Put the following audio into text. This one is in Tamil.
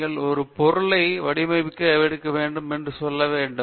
நீங்கள் ஒரு பொருளை வடிவமைக்க வேண்டும் என்று சொல்ல வேண்டும்